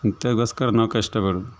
ಗೋಸ್ಕರ ನಾವು ಕಷ್ಟಪಡೋದು